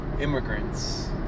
Immigrants